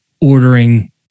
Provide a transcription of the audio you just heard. ordering